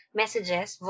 messages